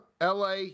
LA